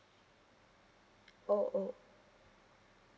oh oh